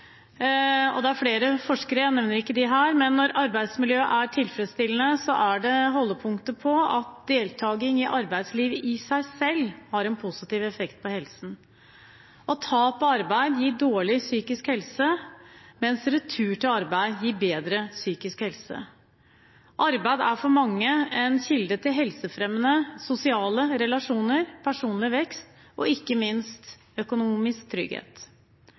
når arbeidsmiljøet er tilfredsstillende, er det holdepunkter for at deltaking i arbeidslivet i seg selv har en positiv effekt på helsen. Tap av arbeid gir dårlig psykisk helse, mens retur til arbeid gir bedre psykisk helse. Arbeid er for mange en kilde til helsefremmende sosiale relasjoner, personlig vekst og ikke minst økonomisk trygghet.